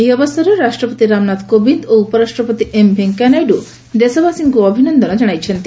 ଏହି ଅବସରରେ ରାଷ୍ଟ୍ରପତି ରାମନାଥ କୋବିନ୍ଦ ଓ ଉପରାଷ୍ଟ୍ରପତି ଏମ୍ ଭେଙ୍କୟା ନାଇଡୁ ଦେଶବାସୀଙ୍କୁ ଅଭିନନ୍ଦନ ଜଣାଇଛନ୍ତି